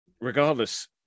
regardless